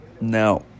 Now